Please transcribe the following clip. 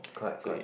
correct correct